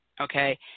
okay